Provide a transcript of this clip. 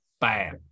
Bam